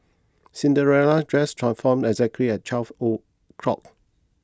Cinderella dress transformed exactly at twelve o'clock